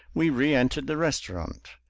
we reentered the restaurant.